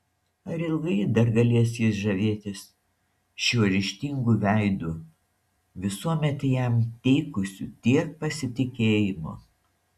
ar ilgai dar galės jis žavėtis šiuo ryžtingu veidu visuomet jam teikusiu tiek pasitikėjimo